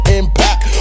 impact